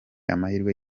amahirwe